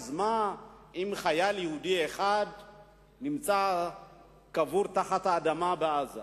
אז מה אם חייל יהודי אחד קבור תחת האדמה בעזה?